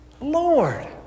Lord